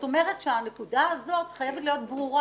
הנקודה הזאת חייבת להיות ברורה.